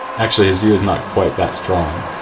actually, his view is not quite that strong,